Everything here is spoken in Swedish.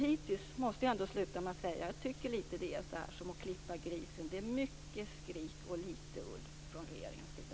Jag måste avsluta med att säga att jag tycker att det är lite som att klippa grisen; det är mycket skrik och lite ull från regeringens sida.